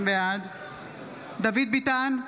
בעד דוד ביטן,